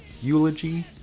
Eulogy